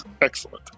Excellent